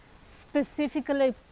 specifically